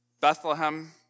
Bethlehem